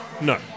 No